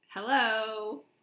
hello